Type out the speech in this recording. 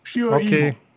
okay